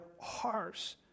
harsh